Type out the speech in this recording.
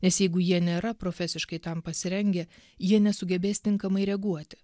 nes jeigu jie nėra profesiškai tam pasirengę jie nesugebės tinkamai reaguoti